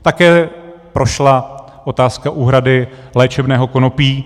Také prošla otázka úhrady léčebného konopí.